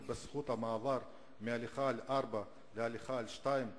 בזכות המעבר מהליכה על ארבע להליכה על שתיים.